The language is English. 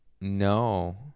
No